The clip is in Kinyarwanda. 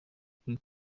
kuri